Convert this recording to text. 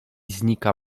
znika